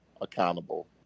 accountable